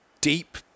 deep